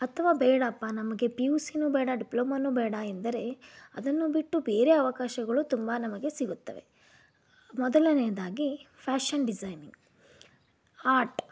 ಅಥವಾ ಬೇಡಪ್ಪ ನಮಗೆ ಪಿ ಯು ಸಿನು ಬೇಡ ಡಿಪ್ಲೋಮನೂ ಬೇಡ ಎಂದರೆ ಅದನ್ನು ಬಿಟ್ಟು ಬೇರೆ ಅವಕಾಶಗಳು ತುಂಬ ನಮಗೆ ಸಿಗುತ್ತವೆ ಮೊದಲನೇದಾಗಿ ಫ್ಯಾಷನ್ ಡಿಸೈನಿಂಗ್ ಆಟ್